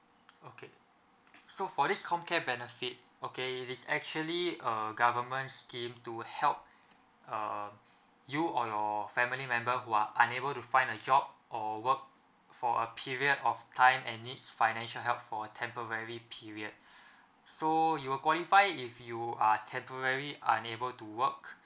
okay so for this comcare benefit okay is actually uh government scheme to help uh you or your family member who are unable to find a job or work for a period of time and need financial help for temporary period so you will qualify if you are temporary unable to work